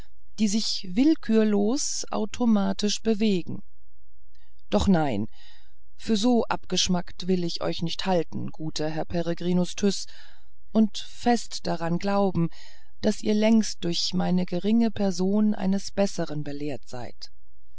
die sich willkürlos automatisch bewegen doch nein für so abgeschmackt will ich euch nicht halten guter herr peregrinus tyß und fest daran glauben daß ihr längst durch meine geringe person eines bessern belehrt seid